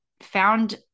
found